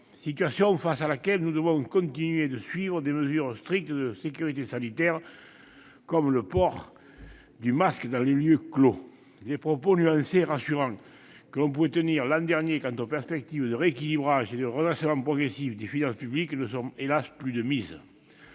situation face à laquelle nous devons continuer de suivre des mesures strictes de sécurité sanitaire, comme le port du masque dans les lieux clos. Les propos nuancés et rassurants que l'on pouvait tenir l'an dernier quant aux perspectives de rééquilibrage et de redressement progressif des finances publiques ne sont hélas plus de mise.